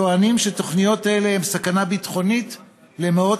טוענים שהתוכניות האלה הן סכנה ביטחונית למאות